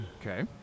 Okay